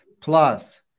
Plus